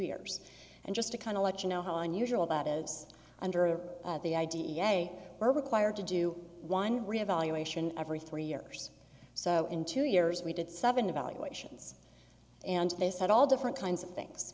years and just to kind of let you know how unusual that is under the i d e a are required to do one re evaluation every three years so in two years we did seven evaluations and they said all different kinds of things